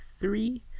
three